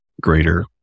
greater